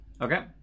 Okay